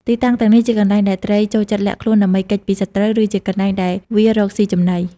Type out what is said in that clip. ទីតាំងទាំងនេះជាកន្លែងដែលត្រីចូលចិត្តលាក់ខ្លួនដើម្បីគេចពីសត្រូវ ឬជាកន្លែងដែលវារកស៊ីចំណី។